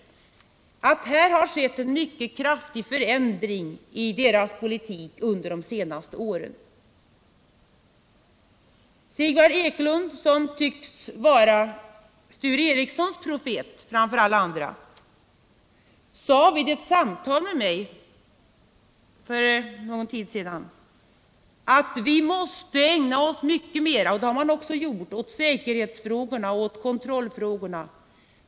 Det har skett en mycket kraftig förändring i IAEA:s politik under de senaste åren. Sigvard Eklund, som tycks vara Sture Ericsons profet framför alla andra, sade vid ett samtal med mig för någon tid sedan att vi måste ägna oss mycket mer — och det har också gjorts — åt säkerhetsfrågorna och kontrollfrågorna.